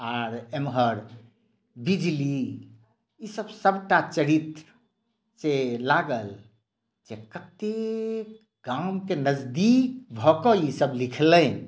आर एमहर बिजली ई सभ सभटा चरित्र से लागल जे कत्तेक गामक नजदीक भऽकऽ ई सभ लिखलनि